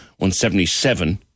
177